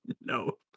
No